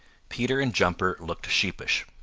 peter and jumper looked sheepish,